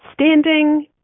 standing